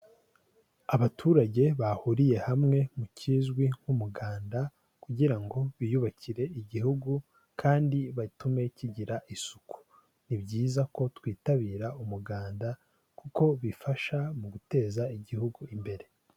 Abaturage bahuriye hamwe mu kizwi nk'umuganda, kugira ngo biyubakire igihugu kandi batume kigira isuku. Ni byiza ko twitabira umuganda kuko bifasha mu guteza igihugu imbere.